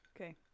Okay